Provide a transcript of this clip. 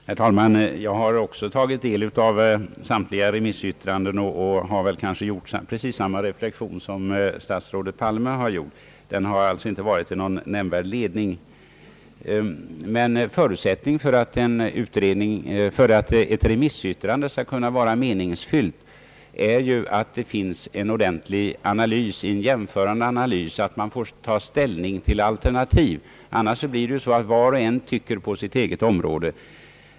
Herr talman! Jag har också tagit del av samtliga remissyttranden, och jag har gjort precis samma reflexion som statsrådet Palme. De har alltså inte varit till nämnvärd ledning. Men förutsättningen för att ett remissyttrande skall kunna vara meningsfullt är ju att det finns en ordentlig jämförande analys, att man får ta ställning till alternativ. Annars tycker var och en på sitt eget område.